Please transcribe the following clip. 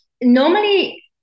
normally